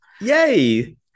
Yay